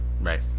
Right